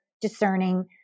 discerning